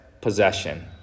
possession